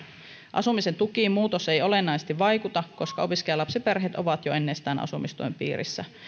asumisen tukiin muutos ei olennaisesti vaikuta koska opiskelijalapsiperheet ovat jo ennestään asumistuen piirissä